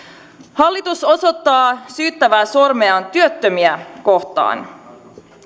hallitus osoittaa syyttävää sormeaan työttömiä kohtaan